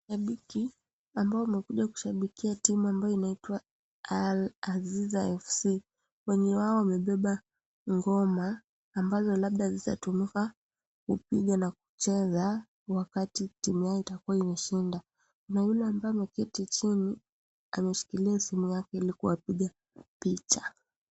Mashabiki ambao wamekuja kushabikia timu ambayo inaitwa Alhaziza fc wengi wao wamebeba Ngoma ambazo labda zitatumika kupiga na kucheza wakati timu yoa itakua imeshinda na yule ambaye ameketi chini ameshikilia simu yake ilikuwapiga picha.